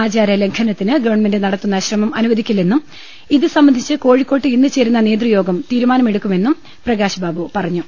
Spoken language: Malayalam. ആചാരലംഘനത്തിന് ഗവൺമെന്റ് നടത്തുന്ന ശ്രമം അനുവദിക്കില്ലെന്നും ഇത് സംബന്ധി ച്ച് കോഴിക്കോട്ട് ഇന്ന് ചേരുന്ന നേതൃയോഗം തീരുമാന മെടുക്കുമെന്നും പ്രകാശ് ബാബു പറഞ്ഞു